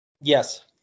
yes